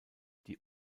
die